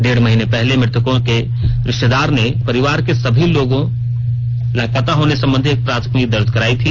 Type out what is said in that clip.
डेढ महीने पहले मृतकों के रिश्तेदार ने परिवार के सभी लोगों लापता होने संबंधी एक प्राथमिकी दर्ज कराई थी